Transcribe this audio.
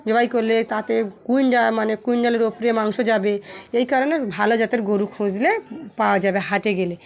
জবাই করলে তাতে কুইন্টাল মানে কুইন্টালের ওপরে মাংস যাবে এই কারণে ভালো জাতের গরু খুঁজলে পাওয়া যাবে হাটে গেলে